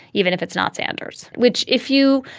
even if it's not sanders, which if you,